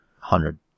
hundred